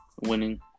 Winning